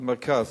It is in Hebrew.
למרכז.